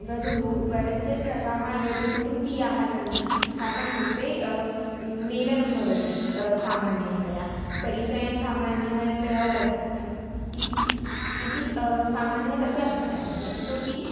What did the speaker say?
वधोः वरस्य सर्वान् यद् कुटुम्बीयान् सन्ति तेषां कृते मेलनं भवति सामान्यतया परिचयं सामान्यतया लब्धम् इति इति सामान्यः तस्य अभिप्रायः इतोऽपि